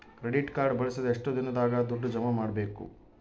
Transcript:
Credit card ಬಳಸಿದ ಎಷ್ಟು ದಿನದಾಗ ದುಡ್ಡು ಜಮಾ ಮಾಡ್ಬೇಕು?